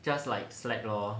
just like slack lor